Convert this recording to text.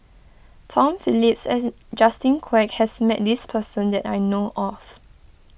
Tom Phillips Justin Quek has met this person that I know of